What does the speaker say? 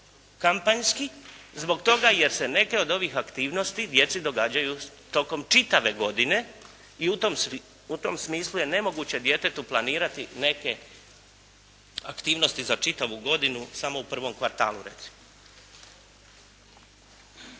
kampanjski, zbog toga jer se neke od ovih aktivnosti djeci događaju tokom čitave godine i u tom smislu je nemoguće djetetu planirati neke aktivnosti za čitavu godinu samo u prvom kvartalu recimo.